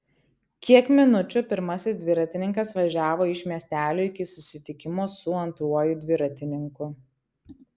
kiek minučių pirmasis dviratininkas važiavo iš miestelio iki susitikimo su antruoju dviratininku